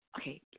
okay